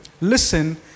listen